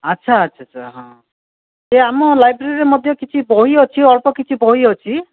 ଆଚ୍ଛା ଆଚ୍ଛା ଆଚ୍ଛା ହଁ ଏହି ଆମ ଲାଇବ୍ରେରୀରେ ମଧ୍ୟ କିଛି ବହି ଅଛି ଅଳ୍ପ କିଛି ବହି ଅଛି